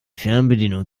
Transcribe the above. fernbedienung